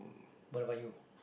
what about you